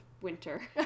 winter